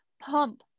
pump